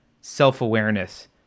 self-awareness